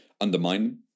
undermine